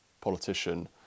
politician